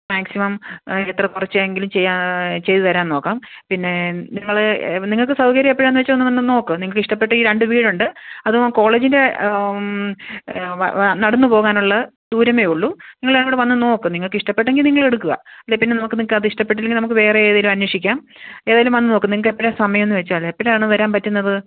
maximum എത്ര കുറച്ചെങ്കിലും ചെയ്യാന് ചെയ്ത് തരാന് നോക്കാം പിന്നെ നിങ്ങൾ നിങ്ങൾക്ക് സൗകര്യം എപ്പഴാണെന്ന് വെച്ചാൽ ഒന്ന് വന്ന് ഒന്ന് നോക്ക് നിങ്ങൾക്ക് ഇഷ്ടപ്പെട്ടാൽ ഈ രണ്ട് വീടുണ്ട് അതും കോളേജിന്റെ നടന്ന് പോകാനുള്ള ദൂരമേ ഉള്ളൂ നിങ്ങളിവിടെ വന്ന് നോക്ക് നിങ്ങൾക്ക് ഇഷ്ടപ്പെട്ടെങ്കിൾ നിങ്ങൾ എടുക്കുക അല്ലെങ്കിൽപ്പിന്നെ നമുക്ക് നിക്ക് അത് ഇഷ്ടപ്പെട്ടില്ലെങ്കില് നമുക്ക് വേറെ ഏതെങ്കിലും അന്വേഷിക്കാം ഏതായാലും വന്ന് നോക്ക് നിങ്ങൾക്ക് എപ്പഴാ സമയം എന്ന് വെച്ചാൽ എപ്പഴാണ് വരാന് പറ്റുന്നത്